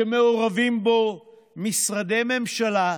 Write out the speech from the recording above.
שמעורבים בו משרדי ממשלה,